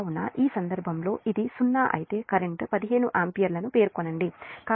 కాబట్టి ఈ సందర్భంలో ఇది 0 అయితే కరెంట్ 15 ఆంపియర్లను పేర్కొనండి